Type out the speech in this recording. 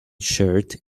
shirt